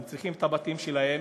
והם צריכים את הבתים שלהם.